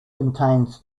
contains